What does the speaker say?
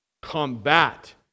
combat